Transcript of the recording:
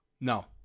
No